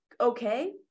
okay